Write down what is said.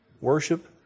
worship